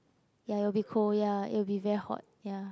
ya it would be cold ya it would be very hot ya